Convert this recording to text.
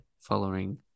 following